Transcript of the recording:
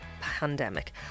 pandemic